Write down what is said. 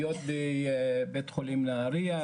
להיות בבית החולים נהרייה,